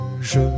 je